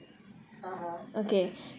mmhmm